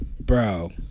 bro